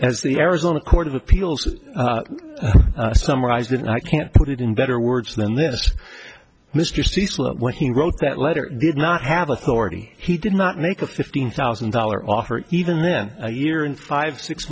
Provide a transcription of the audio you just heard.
as the arizona court of appeals summarized and i can't put it in better words than this mr cecil when he wrote that letter did not have authority he did not make a fifteen thousand dollar offer even then a year in five six